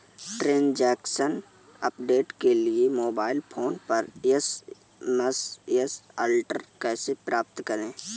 Transaction update के लिए mobile phone पर एस.एम.एस अलर्ट कैसे प्राप्त करें?